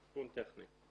זה תיקון טכני.